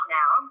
now